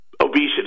obesity